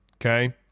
okay